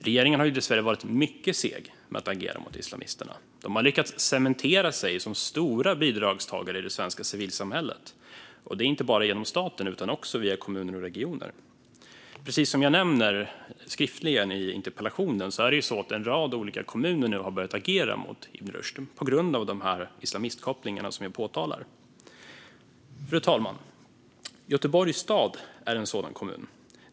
Regeringen har dessvärre varit mycket seg med att agera mot islamisterna, som har lyckats cementera sig som stora bidragstagare i det svenska civilsamhället. Detta inte bara genom staten utan också genom kommuner och regioner. Fru talman! Precis som jag nämner i interpellationen har en rad olika kommuner nu börjat agera mot Ibn Rushd på grund av islamistkopplingarna som jag påtalar. Göteborgs stad är en sådan kommun.